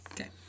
Okay